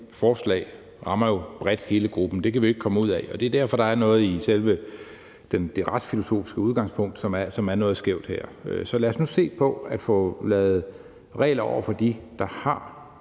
forslag, rammer bredt hele gruppen. Det kan vi jo ikke komme ud af, og det er derfor, der er noget i selve det retsfilosofiske udgangspunkt, som er noget skævt her. Så lad os nu se på at få lavet regler for dem, der har